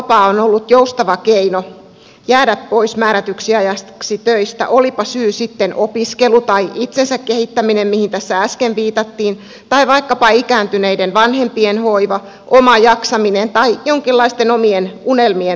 vuorotteluvapaa on ollut joustava keino jäädä pois määrätyksi ajaksi töistä olipa syy sitten opiskelu tai itsensä kehittäminen mihin tässä äsken viitattiin tai vaikkapa ikääntyneiden vanhempien hoiva oma jaksaminen tai jonkinlaisten omien unelmien toteuttaminen